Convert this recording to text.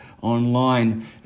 online